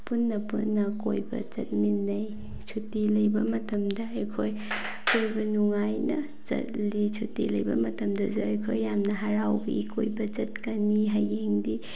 ꯄꯨꯟꯅ ꯄꯨꯟꯅ ꯀꯣꯏꯕ ꯆꯠꯃꯤꯟꯅꯩ ꯁꯨꯇꯤ ꯂꯩꯕ ꯃꯇꯝꯗ ꯑꯩꯈꯣꯏ ꯀꯣꯏꯕ ꯅꯨꯡꯉꯥꯏꯅ ꯆꯠꯂꯤ ꯁꯨꯇꯤ ꯂꯩꯕ ꯃꯇꯝꯗꯁꯨ ꯑꯩꯈꯣꯏ ꯌꯥꯝꯅ ꯍꯔꯥꯎꯋꯤ ꯀꯣꯏꯕ ꯆꯠꯀꯅꯤ ꯍꯌꯦꯡꯗꯤ